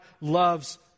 loves